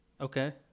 Okay